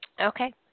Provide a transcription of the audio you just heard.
Okay